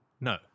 No